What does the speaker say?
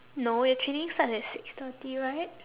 no your training starts at six thirty right